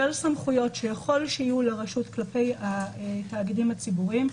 של סמכויות שיכול שיהיו לרשות כלפי התאגידים הציבוריים,